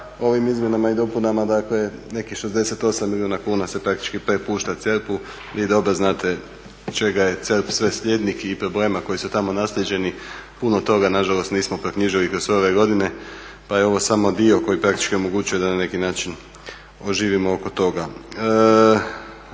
ovim izmjenama i dopunama dakle nekih 68 milijuna kuna se praktički prepušta CERP-u. Vi dobro znate čega je CERP sve slijednik i problema koji su tamo naslijeđeni, puno toga nažalost nismo proknjižili kroz sve ove godine pa je ovo samo dio koji praktički omogućuje da na neki način oživimo oko toga.